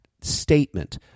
statement